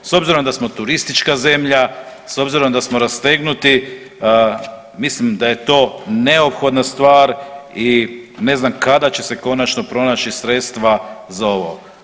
S obzirom da smo turistička zemlja, s obzirom da smo rastegnuti, mislim da je to neophodna stvar i ne znam kada će se konačno pronaći sredstva za ovo.